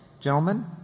gentlemen